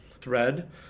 thread